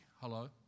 Hello